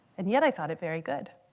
and yet i thought it very good.